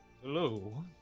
Hello